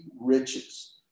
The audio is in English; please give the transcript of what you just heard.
riches